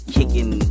Kicking